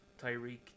Tyreek